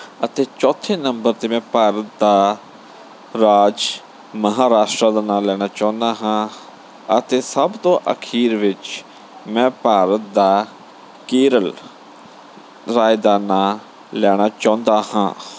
ਅਤੇ ਚੌਥੇ ਨੰਬਰ 'ਤੇ ਮੈਂ ਭਾਰਤ ਦਾ ਰਾਜ ਮਹਾਰਾਸ਼ਟਰਾ ਦਾ ਨਾਂ ਲੈਣਾ ਚਾਹੁੰਦਾ ਹਾਂ ਅਤੇ ਸਭ ਤੋਂ ਅਖੀਰ ਵਿੱਚ ਮੈਂ ਭਾਰਤ ਦਾ ਕੇਰਲ ਰਾਜ ਦਾ ਨਾਂ ਲੈਣਾ ਚਾਹੁੰਦਾ ਹਾਂ